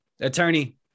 attorney